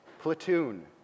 Platoon